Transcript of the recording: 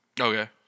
Okay